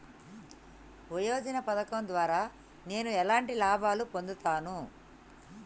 యోజన పథకం ద్వారా నేను ఎలాంటి లాభాలు పొందుతాను?